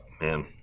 Man